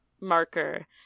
marker